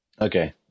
Okay